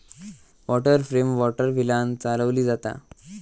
water frame water व्हीलांन चालवली जाता